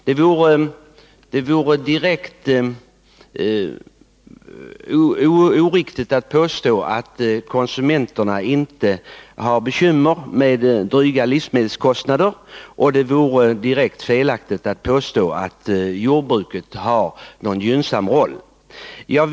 Det vore direkt oriktigt att påstå att konsumenterna inte har bekymmer med dryga livsmedelskostnader, och det vore likaså direkt felaktigt att påstå att jordbruket har en gynnsam ställning.